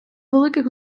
великих